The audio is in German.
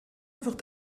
wird